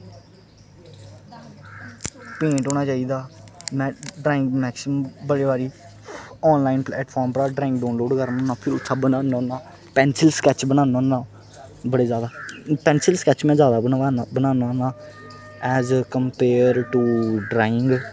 paint होना चाहिदा में ड्रांइग मैक्सीमम बड़े बारी आनलाइन प्लेटफार्म उप्परा ड्रांइग डाउनलाउड करना होन्ना फिर उत्थें बनाना होन्ना पैंसल स्कैच बनाना होन्ना बड़े ज्यादा पैंसल स्कैच में ज्यादा बनाना होन्ना एज कम्पेयर टू ड्रांइग